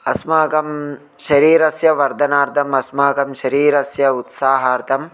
अस्माकं शरीरस्य वर्धनार्थम् अस्माकं शरीस्य उत्साहार्थं